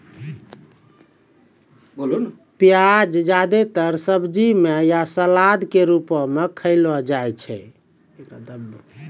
प्याज जादेतर सब्जी म या सलाद क रूपो म खयलो जाय छै